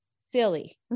silly